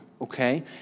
okay